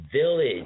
village